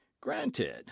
Granted